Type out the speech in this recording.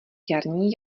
jarní